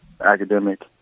academic